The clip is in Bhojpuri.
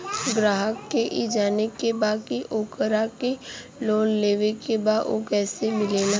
ग्राहक के ई जाने के बा की ओकरा के लोन लेवे के बा ऊ कैसे मिलेला?